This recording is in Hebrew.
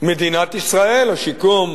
מדינת ישראל, שיקום